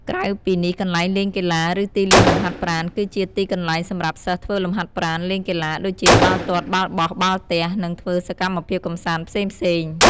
ក្រៅពីនេះ កន្លែងលេងកីឡា ឬទីលានលំហាត់ប្រាណ គឺជាទីកន្លែងសម្រាប់សិស្សធ្វើលំហាត់ប្រាណ លេងកីឡា ដូចជា បាល់ទាត់ បាល់បោះ បាល់ទះ និងធ្វើសកម្មភាពកម្សាន្តផ្សេងៗ។